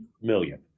million